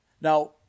Now